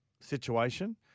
situation